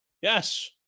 yes